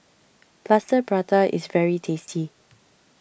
Plaster Prata is very tasty